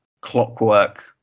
clockwork